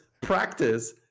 practice